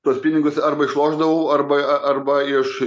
tuos pinigus arba išlošdavau arba arba iš